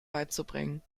beizubringen